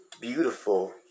beautiful